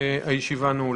הישיבה נעולה.